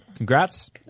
Congrats